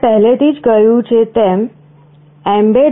મેં પહેલેથી જ કહ્યું છે તેમ mbed